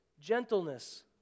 gentleness